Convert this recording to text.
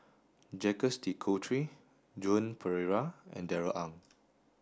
Jacques De Coutre Joan Pereira and Darrell Ang